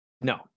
No